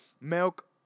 milk